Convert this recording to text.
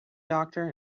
doctor